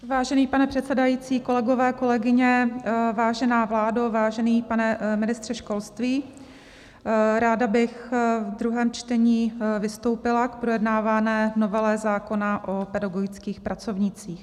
Vážený pane předsedající, kolegové, kolegyně, vážená vládo, vážený pane ministře školství, ráda bych v druhém čtení vystoupila k projednávané novele zákona o pedagogických pracovnících.